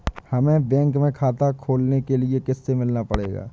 हमे बैंक में खाता खोलने के लिए किससे मिलना पड़ेगा?